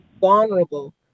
vulnerable